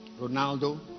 Ronaldo